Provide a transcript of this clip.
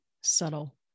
Subtle